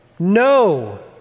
No